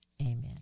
Amen